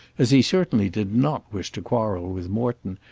as he certainly did not wish to quarrel with morton,